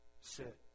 Sit